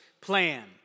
plan